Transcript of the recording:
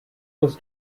was